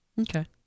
Okay